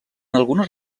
algunes